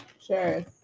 Sure